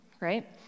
right